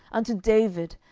unto david,